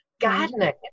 Gardening